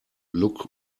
look